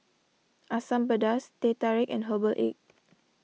Asam Pedas Teh Tarik and Herbal Egg